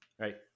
right